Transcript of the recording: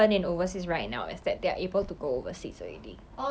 especially italy is wasn't it very serious 他的 COVID